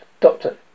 Doctor